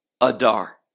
Adar